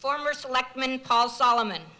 former selectman paul solomon